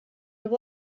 have